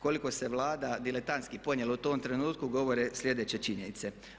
Koliko se Vlada diletantski ponijela u tom trenutku govore sljedeće činjenice.